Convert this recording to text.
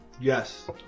Yes